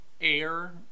air